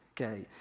okay